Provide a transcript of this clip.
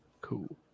Cool